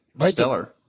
Stellar